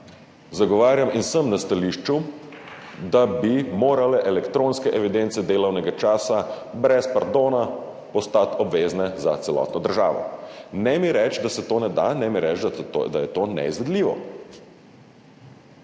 Zagovarjam stališče, da bi morale elektronske evidence delovnega časa brez pardona postati obvezne za celotno državo. Ne mi reči, da se to ne da, ne mi reči, da je to neizvedljivo.